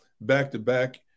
back-to-back